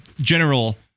general